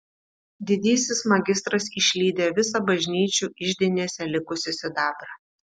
didysis magistras išlydė visą bažnyčių iždinėse likusį sidabrą